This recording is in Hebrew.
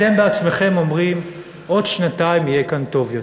אתם בעצמכם אומרים: עוד שנתיים יהיה כאן טוב יותר.